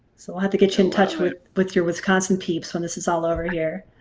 so we'll have to get you in touch with with your wisconsin peeps when this is all over here